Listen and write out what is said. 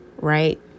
right